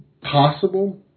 possible